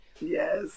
yes